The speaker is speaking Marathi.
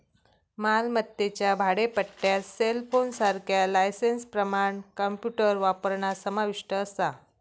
मालमत्तेच्या भाडेपट्ट्यात सेलफोनसारख्या लायसेंसप्रमाण कॉम्प्युटर वापरणा समाविष्ट असा